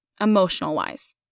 emotional-wise